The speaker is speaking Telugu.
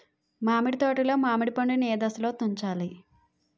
మామిడి తోటలో మామిడి పండు నీ ఏదశలో తుంచాలి?